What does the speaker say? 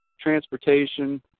transportation